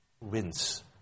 wins